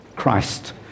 Christ